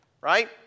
Right